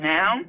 Now